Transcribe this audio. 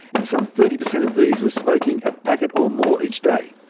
and some thirty percent of these were smoking a packet or more each day.